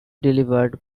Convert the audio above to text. delivered